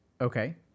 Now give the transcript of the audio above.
Okay